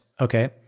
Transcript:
okay